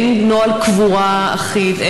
אין נוהל קבורה אחיד,